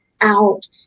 out